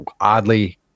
oddly